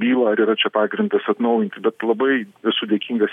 bylą ar yra čia pagrindas atnaujinti bet labai esu dėkingas